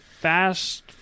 Fast